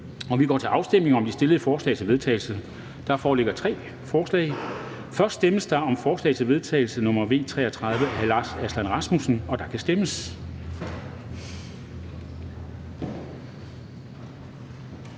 og vi går til afstemning om de fremsatte forslag til vedtagelse. Der foreligger tre forslag. Først stemmes der om forslag til vedtagelse nr. V 33 af Lars Aslan Rasmussen (S), og der kan stemmes.